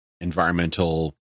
environmental